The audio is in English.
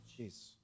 Jeez